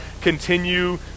continue